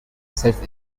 self